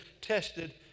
tested